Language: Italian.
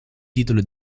titolo